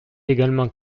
également